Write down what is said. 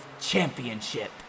Championship